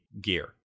gear